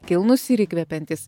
kilnūs ir įkvepiantys